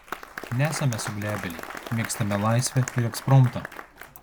nesame suglebėliai mėgstame laisvę ir ekspromtą